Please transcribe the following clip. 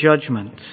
judgment